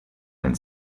ein